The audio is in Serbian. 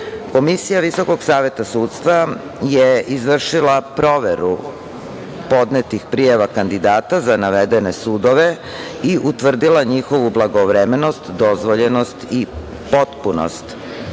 prvi put bira. Komisija VSS je izvršila proveru podnetih prijava kandidata za navedene sudove i utvrdila njihovu blagovremenost, dozvoljenost i potpunost.